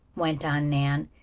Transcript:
went on nan.